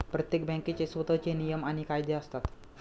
प्रत्येक बँकेचे स्वतःचे नियम आणि कायदे असतात